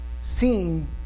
seen